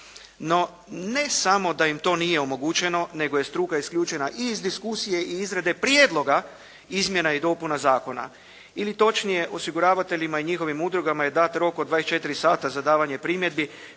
No ne samo da im to nije omogućeno, nego je struka isključena i iz diskusije i iz izrade prijedloga izmjene i dopune zakona ili točnije osiguravateljima i njihovim udrugama je dan rok od 24 sata za davanje primjedbi,